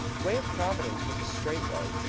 the way of providence was the straight way.